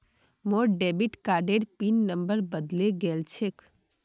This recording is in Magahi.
मोर डेबिट कार्डेर पिन नंबर बदले गेल छेक